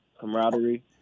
camaraderie